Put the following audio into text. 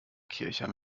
kircher